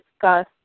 discuss